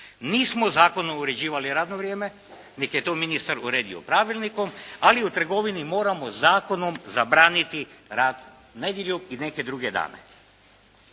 nismo zakonom uređivali radno vrijeme, nego je to ministar uredio pravilnikom. Ali u trgovini moramo zakonom zabraniti rad nedjeljom i neke druge dane.